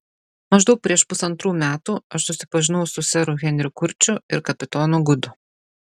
maždaug prieš pusantrų metų aš susipažinau su seru henriu kurčiu ir kapitonu gudu